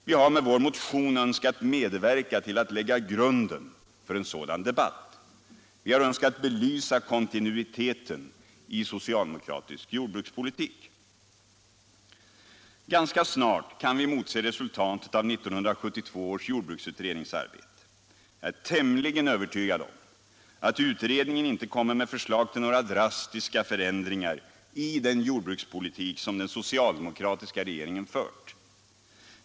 Vi har med vår motion önskat medverka till att lägga grunden för en sådan debatt. Vi har önskat bevisa kontinuiteten i socialdemokratisk jordbrukspolitik. Ganska snart kan vi emotse resultatet av 1972 års jordbruksutrednings arbete. Jag är tämligen övertygad om att utredningen inte kommer med förslag till några drastiska förändringar i den jordbrukspolitik som den socialdemokratiska regeringen fört.